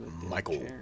Michael